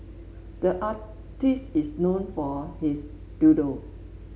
the artist is known for his doodle